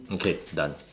okay done